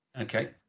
Okay